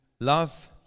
love